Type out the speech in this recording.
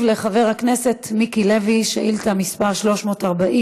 לחבר הכנסת מיקי לוי על שאילתה מס' 340: